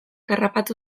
harrapatu